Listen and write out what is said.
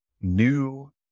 new